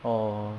oh